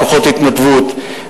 כוחות התנדבות,